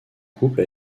couple